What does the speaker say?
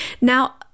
Now